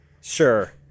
sure